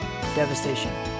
Devastation